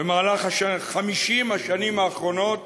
במהלך 50 השנים האחרונות